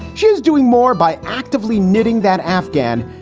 she's doing more by actively knitting that afghan.